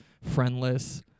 friendless